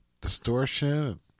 distortion